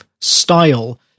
style